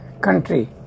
country